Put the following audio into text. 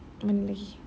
mana lagi